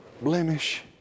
blemish